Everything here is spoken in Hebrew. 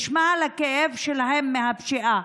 ישמע על הכאב שלהם מהפשיעה.